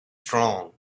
strong